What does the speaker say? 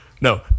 No